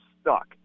stuck